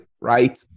right